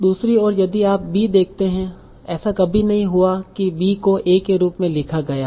दूसरी ओर यदि आप b देखते हैं ऐसा कभी नहीं हुआ कि b को a के रूप में लिखा गया हो